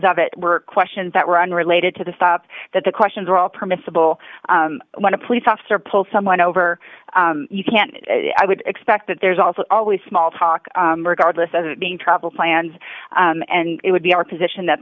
of it were questions that were unrelated to the stop that the questions were all permissible when a police officer pull someone over you can't i would expect that there's also always small talk regardless of it being travel plans and it would be our position that